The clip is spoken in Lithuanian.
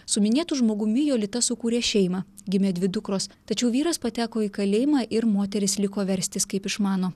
su minėtu žmogumi jolita sukūrė šeimą gimė dvi dukros tačiau vyras pateko į kalėjimą ir moteris liko verstis kaip išmano